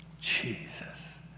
Jesus